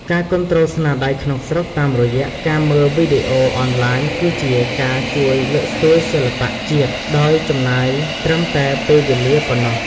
ការគាំទ្រស្នាដៃក្នុងស្រុកតាមរយៈការមើលវីដេអូអនឡាញគឺជាការជួយលើកស្ទួយសិល្បៈជាតិដោយចំណាយត្រឹមតែពេលវេលាប៉ុណ្ណោះ។